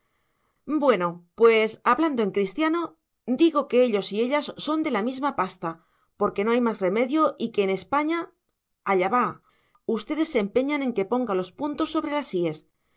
bueno pues hablando en cristiano digo que ellos y ellas son de la misma pasta porque no hay más remedio y que en españa allá va ustedes se empeñan en que ponga los puntos sobre las íes